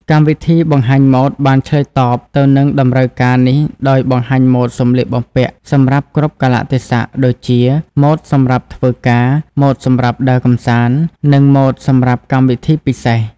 កម្មវិធីបង្ហាញម៉ូដបានឆ្លើយតបទៅនឹងតម្រូវការនេះដោយបង្ហាញម៉ូដសម្លៀកបំពាក់សម្រាប់គ្រប់កាលៈទេសៈ ដូចជា ម៉ូដសម្រាប់ធ្វើការ ម៉ូដសម្រាប់ដើរកម្សាន្ត និង ម៉ូដសម្រាប់កម្មវិធីពិសេស។